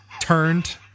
turned